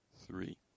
three